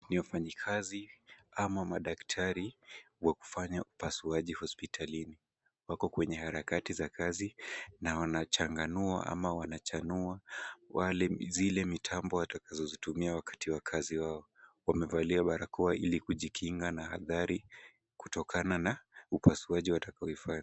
Ni wafanyikazi ama madaktari wa kufanya upasuaji hospitalini. Wako kwenye harakati za kazi na waachanganua ama wanachanua zile mitambo watakazozitumia wakati wa kazi wao. Wamevalia barakoa ili kujikinga na athari kutokana na upasuaji watakao ifanya.